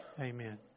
Amen